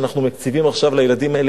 שאנחנו מקציבים עכשיו לילדים האלה,